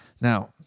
Now